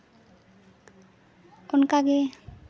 ᱚᱱᱠᱟᱜᱮ